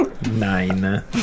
Nine